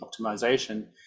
optimization